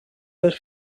les